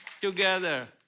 together